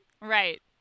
Right